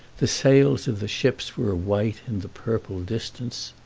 the sails of the ships were white in the purple distance.